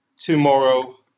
tomorrow